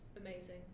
amazing